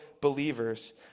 believers